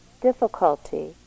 difficulty